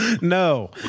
no